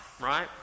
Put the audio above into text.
right